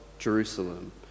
Jerusalem